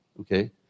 Okay